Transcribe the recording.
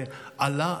זה אללה,